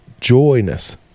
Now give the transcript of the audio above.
joyness